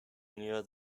near